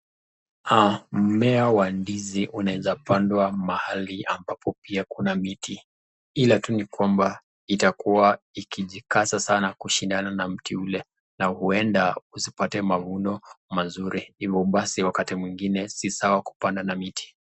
Mumea wa ndizi unaweza panda mahali ambapo pia kuna miti. Ila tu ni kwamba itakuwa ikijikaza sana kushindana na mti ule na huenda usipate mavuno mazuri. Hivyo basi wakati mwingine si sawa kupanda na miti.